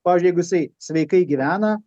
pavyzdžiui jeigu jisai sveikai gyvena